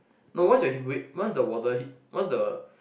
no once you're once the water hit once the